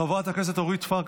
חבר הכנסת עודד פורר,